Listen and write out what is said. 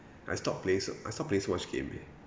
I stopped play~ I stopped playing so much game eh